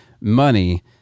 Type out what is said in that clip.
money